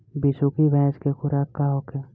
बिसुखी भैंस के खुराक का होखे?